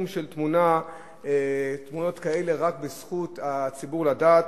של תמונות כאלה רק בזכות הציבור לדעת.